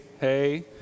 hey